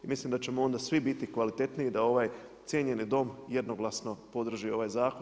I mislim da ćemo onda svi biti kvalitetniji i da ovaj cijenjeni Dom jednoglasno podrži ovaj zakon.